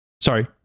sorry